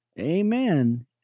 Amen